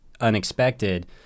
unexpected